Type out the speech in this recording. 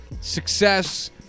success